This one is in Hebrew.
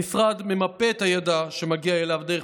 המשרד ממפה את הידע שמגיע אליו דרך